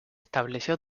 estableció